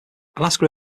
alaska